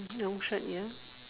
yellow shirt ya